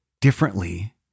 differently